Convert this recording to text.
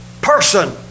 person